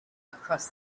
across